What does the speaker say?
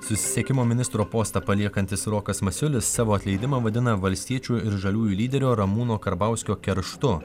susisiekimo ministro postą paliekantis rokas masiulis savo atleidimą vadina valstiečių ir žaliųjų lyderio ramūno karbauskio kerštu